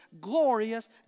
glorious